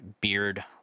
beard